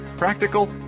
Practical